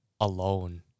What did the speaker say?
alone